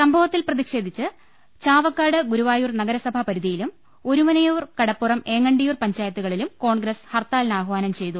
സംഭവത്തിൽ പ്രതിഷേധിച്ച് ചാവക്കാട് ഗുരുവായൂർ നഗര സഭാ പരിധിയിലും ഒരുമനയൂർ കടപ്പുറം ഏങ്ങണ്ടിയൂർ പഞ്ചായത്തുകളിലും കോൺഗ്രസ് ഹർത്താലിനാഹ്വാനം ചെയ്തു